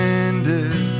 ended